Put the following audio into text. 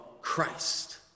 Christ